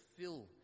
fill